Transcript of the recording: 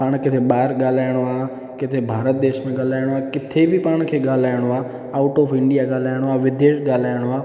पाण खे किथे ॿाहिरि ॻाल्हाइणो आहे किथे भारत देश में ॻाल्हाइणो आहे किथे बि पाण खे ॻाल्हाइणो आहे आउट ऑफ इंडिया ॻाल्हाइणो आहे विदेश ॻाल्हाइणो आहे